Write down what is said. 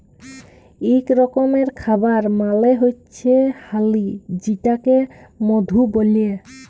ইক রকমের খাবার মালে হচ্যে হালি যেটাকে মধু ব্যলে